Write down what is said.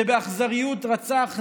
שבאכזריות רצח נער,